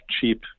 cheap